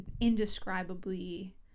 indescribably